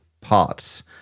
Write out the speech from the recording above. parts